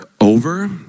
over